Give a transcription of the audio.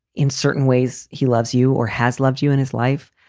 in certain ways, he loves you or has loved you in his life,